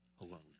alone